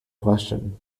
question